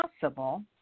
possible